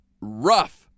rough